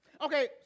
Okay